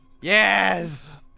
Yes